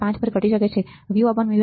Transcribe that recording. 5 પર જ ઘટી શકે છે Vμs